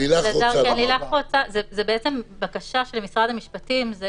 זה בעצם בקשה של משרד המשפטים.